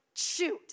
Shoot